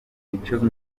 micomyiza